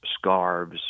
scarves